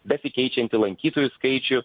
besikeičiantį lankytojų skaičių